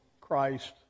Christ